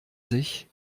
sich